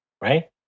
right